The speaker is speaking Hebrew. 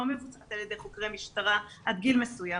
לא מבוצעת על ידי חוקרי משטרה עד גיל מסוים.